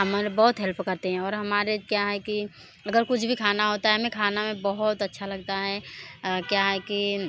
हमारा बहुत हेल्प करते हैं और हमारे क्याँ हैं कि अगर कुछ भी खाना होता है हमें खाना में बहुत अच्छा लगता हैं क्या हैं कि